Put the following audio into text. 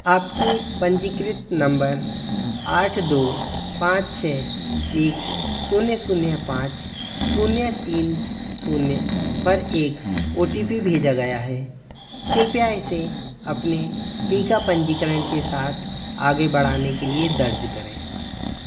आपके पंजीकृत नम्बर आठ दो पाँच छः एक शून्य शून्य पाँच शून्य तीन शून्य पर एक ओ टी पी भेजा गया है कृपया इसे अपने टीका पंजीकरण के साथ आगे बढ़ाने के लिए दर्ज करें